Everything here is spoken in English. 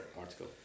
article